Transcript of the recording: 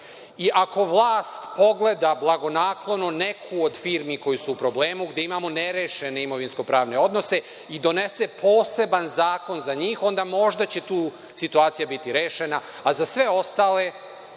i ako vlast pogleda blagonaklono neku od firmi koje su u problemu, gde imamo nerešene imovinsko-pravne odnose i donese poseban zakon za njih, onda možda će tu situacija biti rešena, a za sve ostale